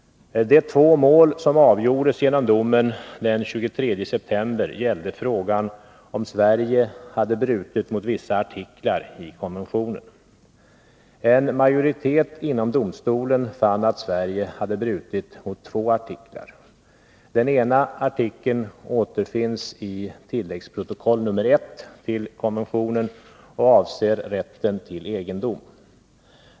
De två mål som avgjordes genom domen den 23 september gällde frågan om Sverige hade brutit mot vissa artiklar i konventionen. En majoritet inom domstolen fann att Sverige hade brutit mot två artiklar. Den ena artikeln återfinns i tilläggsprotokoll nr 1 till konventionen och avser rätten till egendom.